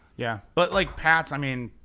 yeah. but like pats, i mean.